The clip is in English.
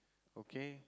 okay